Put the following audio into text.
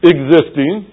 Existing